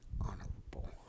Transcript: honorable